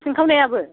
सिनखावनायाबो